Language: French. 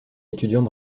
étudiant